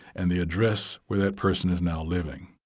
and the address where that person is now living.